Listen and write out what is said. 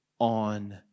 on